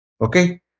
Okay